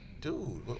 dude